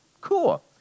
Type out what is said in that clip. Cool